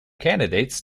candidates